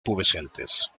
pubescentes